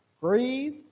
Breathe